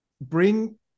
bring